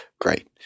great